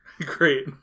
Great